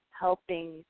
helping